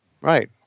Right